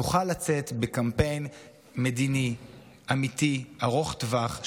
נוכל לצאת בקמפיין מדיני אמיתי ארוך טווח,